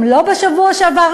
גם לא בשבוע שעבר,